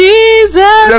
Jesus